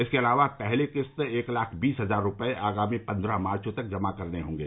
इसके अलावा पहली क़िस्त एक लाख बीस हज़ार रूपये आगामी पन्द्रह मार्च तक जमा करने होंगे